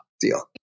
deal